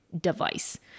device